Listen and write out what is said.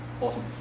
awesome